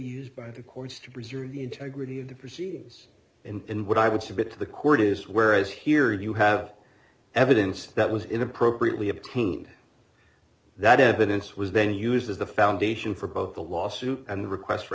used by the courts to preserve the integrity of the proceedings and what i would submit to the court is whereas here you have evidence that was in appropriately obtained that evidence was then used as the foundation for both the lawsuit and the request for